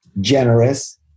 generous